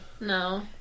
No